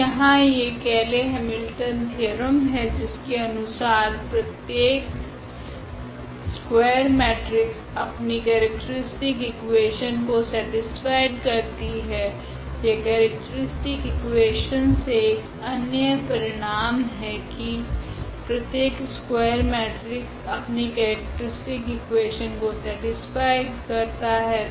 तो यहाँ एक केयले हैमिल्टन थेओरम है जिसके अनुसार प्रत्येक स्कूआयर मेट्रिक्स अपनी केरेक्ट्रीस्टिक इकुवेशन को सेटीस्फाइ करती है यह केरेक्ट्रीस्टिक इकुवेशन से एक अन्य परिणाम है की प्रत्येक स्कूआयर मेट्रिक्स अपनी केरेक्ट्रीस्टिक इकुवेशन को सेटीस्फाइस करता है